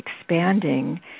expanding